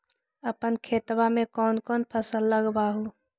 अपन खेतबा मे कौन कौन फसल लगबा हू?